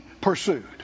pursued